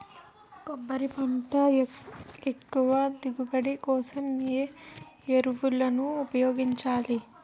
కొబ్బరి పంట ఎక్కువ దిగుబడి కోసం ఏ ఏ ఎరువులను ఉపయోగించచ్చు?